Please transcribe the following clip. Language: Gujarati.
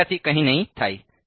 વિદ્યાર્થીઃ કંઈ નહીં થાય